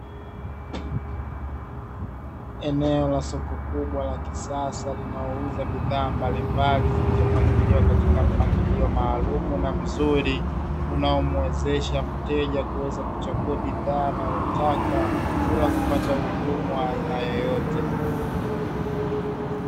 Eneo la soko kubwa la kisasa linalouza bidhaa mbalimbali zilizopangiliwa katika mpangilio maalumu na mzuri, unaomuwezesha mteja kuweza kuchagua bidhaa anayoitaka bila kupata ugumu wa aina yoyote.